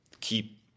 keep